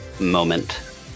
moment